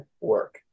work